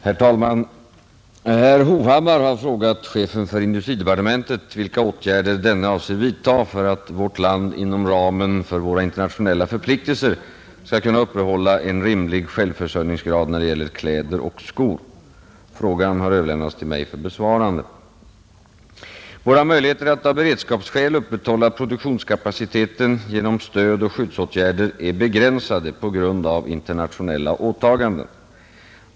Herr talman! Herr Hovhammar har frågat chefen för industridepartementet vilka åtgärder denne avser vidtaga för att vårt land inom ramen för våra internationella förpliktelser skall kunna uppehålla en rimlig självförsörjningsgrad när det gäller kläder och skor. Frågan har överlämnats till mig för besvarande. Våra möjligheter att av beredskapsskäl upprätthålla produktionskapaciteten genom stödoch skyddsåtgärder är begränsade på grund av internationella åtaganden.